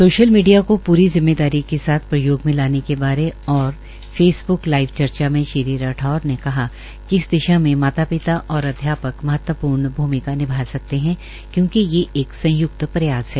social media को प्री जिम्मेदारी के साथ प्रयोग में लाने के बारे और फेसब्क लाईव चर्चा में श्री राठौर ने कहा कि इस दिशा में माता पिता और अध्यापक महत्वपूर्ण भुमिका निभा सकते है क्योंकि ये एक संय्क्त प्रयास है